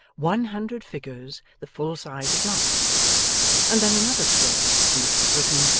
one hundred figures the full size of life and then another scroll, on which was written,